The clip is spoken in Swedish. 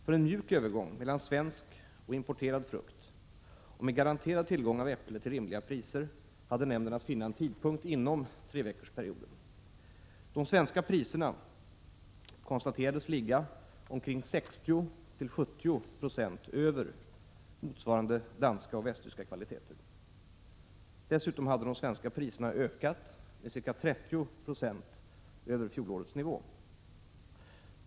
För en mjuk övergång mellan svensk och importerad frukt med garanterad tillgång av äpple till rimliga priser hade nämnden att finna en tidpunkt inom treveckorsperioden. De svenska priserna konstaterades ligga 60-70 90 över motsvarande danska och västtyska kvaliteter. Dessutom hade de svenska priserna ökat med ca 30 20 över fjolårets nivå.